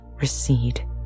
recede